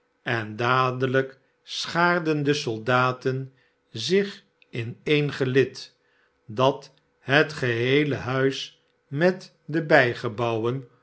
en dadelijk schaarden de soldaten zich in een gelid dat het geheele huis met de bijgebouwen